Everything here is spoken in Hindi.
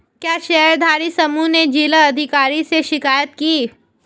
क्या शेयरधारी समूह ने जिला अधिकारी से शिकायत की?